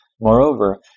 Moreover